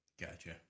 Gotcha